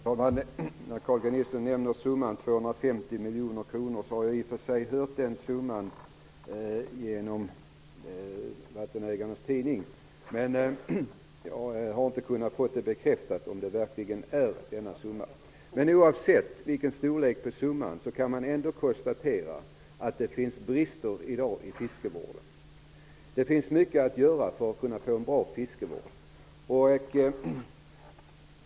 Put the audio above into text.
Herr talman! Carl G Nilsson nämnde summan 250 miljoner kronor. Jag har fått den summan från Vattenägarnas tidning. Jag har inte kunnat få denna summa bekräftad. Men oavsett storleken på summan kan man konstatera att det i dag finns brister i fiskevården. Det finns mycket att göra för att få en bra fiskevård.